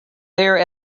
there